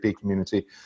community